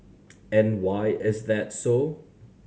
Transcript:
and why is that so